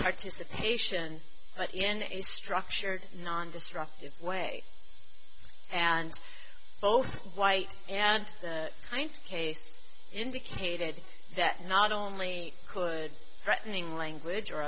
participation but in a structured nondestructive way and both white and kind cases indicated that not only could threatening language or